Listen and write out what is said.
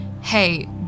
hey